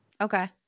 Okay